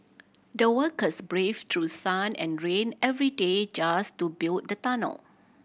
the workers braved through sun and rain every day just to build the tunnel